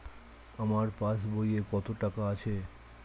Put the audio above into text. আমার পাস বইয়ে কত টাকা আছে?